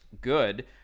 good